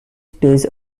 stays